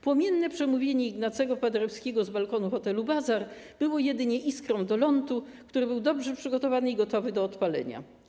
Płomienne przemówienie Ignacego Paderewskiego z balkonu hotelu Bazar było jedynie iskrą do lontu, który był dobrze przygotowany i gotowy do odpalenia.